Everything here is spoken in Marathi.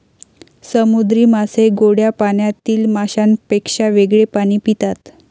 समुद्री मासे गोड्या पाण्यातील माशांपेक्षा वेगळे पाणी पितात